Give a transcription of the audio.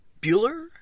Bueller